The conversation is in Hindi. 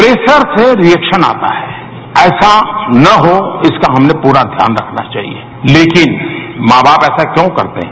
प्रेशर से रिएक्शन आता है ऐसा ना हो इसका हमने पूरा ध्यान रखना चाहिए लेकिन मां बाप ऐसा क्यों करते हैं